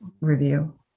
review